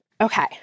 Okay